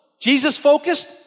Jesus-focused